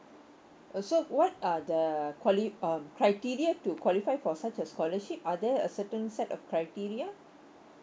uh so what are the quali~ um criteria to qualify for such a scholarship are there a certain set of criteria